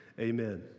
Amen